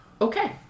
Okay